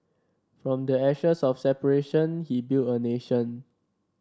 from the ashes of separation he built a nation